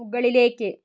മുകളിലേക്ക്